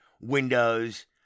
Windows